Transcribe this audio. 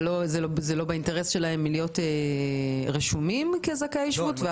זה לא באינטרס שלהם להיות רשומים כזכאי שבות?